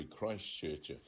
Christchurch